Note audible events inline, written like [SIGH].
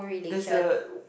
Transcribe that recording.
this a [NOISE]